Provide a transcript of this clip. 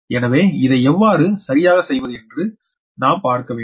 எனவே இதை எவ்வாறு சரியாக செய்வது என்று நாம் பார்க்க வேண்டும்